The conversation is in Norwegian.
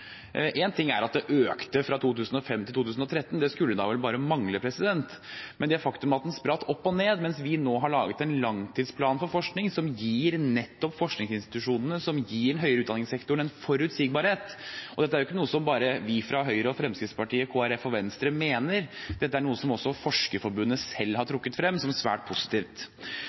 en langtidsplan for forskning som gir forskningsinstitusjonene og den høyere utdanningssektoren en forutsigbarhet. Dette er ikke noe som bare vi fra Høyre, Fremskrittspartiet, Kristelig Folkeparti og Venstre mener. Dette er noe som Forskerforbundet selv har trukket frem som svært positivt.